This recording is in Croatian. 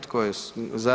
Tko je za?